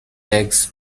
must